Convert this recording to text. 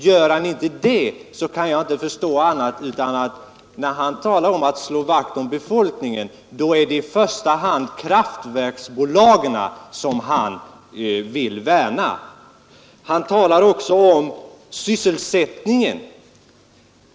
Gör han inte det kan jag inte förstå annat än att han, när han talar om att slå vakt om befolkningen, i första hand vill värna kraftverksbolagen. Herr Nordgren talar också om sysselsättningen.